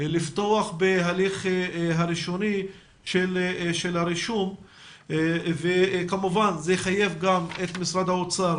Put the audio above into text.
לפתוח בהליך הראשוני של הרישום וכמובן זה יחייב גם את משרד האוצר